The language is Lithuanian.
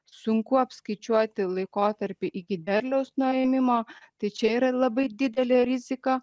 sunku apskaičiuoti laikotarpį iki derliaus nuėmimo tai čia yra labai didelė rizika